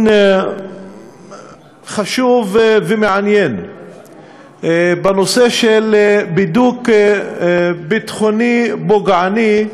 חשוב ומעניין בנושא של בידוק ביטחוני פוגעני,